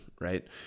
right